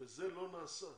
זה לא נעשה.